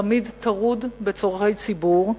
תמיד טרוד בצורכי ציבור.